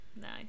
Nice